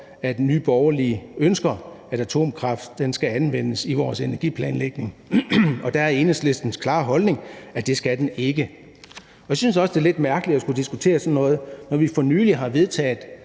at Nye Borgerlige ønsker, at atomkraft skal anvendes i vores energiplanlægning, og der er Enhedslistens klare holdning, at det skal den ikke. Jeg synes også, at det er lidt mærkeligt at skulle diskutere sådan noget, når vi for nylig har vedtaget,